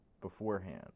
beforehand